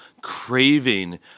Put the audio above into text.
craving